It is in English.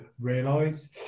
realise